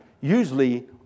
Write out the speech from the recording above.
usually